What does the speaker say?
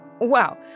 Wow